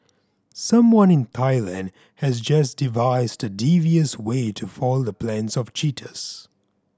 someone in Thailand has just devised a devious way to foil the plans of cheaters